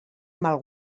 mal